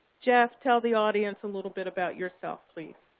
jeff, tell the audience a little bit about yourself, please.